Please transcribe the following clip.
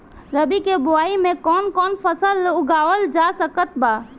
रबी के बोआई मे कौन कौन फसल उगावल जा सकत बा?